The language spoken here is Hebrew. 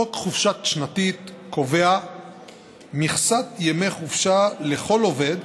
חוק חופשה שנתית קובע מכסת ימי חופשה לכל עובד,